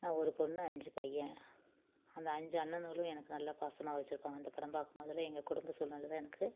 நான் ஒரு பொண்ணு அஞ்சு பையன் அந்த அஞ்சு அண்ணன்களும் எனக்கு நல்லா பாசமாக வச்சிருப்பாங்க அந்த படம் பார்க்கும்போதெல்லாம் எங்கள் குடும்ப சூல்நில தான் எனக்கு